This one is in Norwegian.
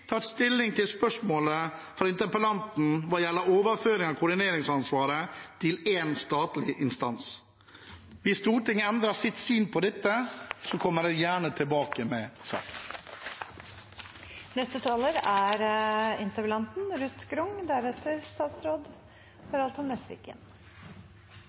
tatt stilling til spørsmålet fra interpellanten hva gjelder overføring av koordineringsansvaret til én statlig instans. Hvis Stortinget endrer sitt syn på dette, kommer jeg gjerne tilbake til saken. Det er